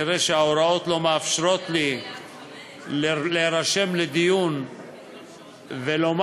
כנראה ההוראות לא מאפשרות לי להירשם לדיון ולומר,